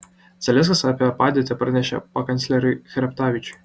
zaleskis apie padėtį pranešė pakancleriui chreptavičiui